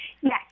Yes